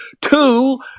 two